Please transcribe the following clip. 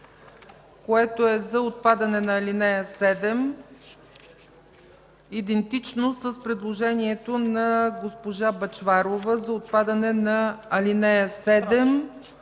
което е за отпадане на ал. 7, идентично с предложението на госпожа Бъчварова – за отпадане на ал. 7